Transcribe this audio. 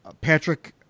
Patrick